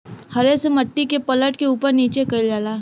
हरे से मट्टी के पलट के उपर नीचे कइल जाला